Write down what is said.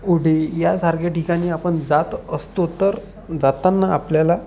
ओढे यासारख्या ठिकाणी आपण जात असतो तर जाताना आपल्याला